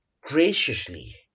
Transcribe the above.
graciously